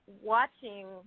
watching